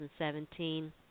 2017